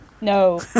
No